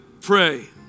pray